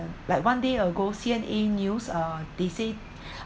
like one day ago C_N_A news uh they say